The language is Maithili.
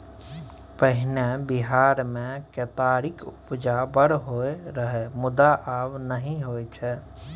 पहिने बिहार मे केतारीक उपजा बड़ होइ रहय मुदा आब नहि होइ छै